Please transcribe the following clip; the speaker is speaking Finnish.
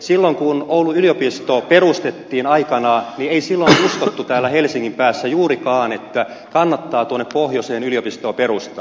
silloin kun oulun yliopisto perustettiin aikanaan ei uskottu täällä helsingin päässä juurikaan että kannattaa tuonne pohjoiseen yliopistoa perustaa